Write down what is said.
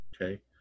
Okay